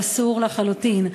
הוא אסור לחלוטין,